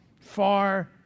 far